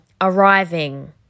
arriving